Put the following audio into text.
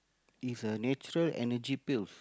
is a natural energy pills